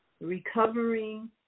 recovering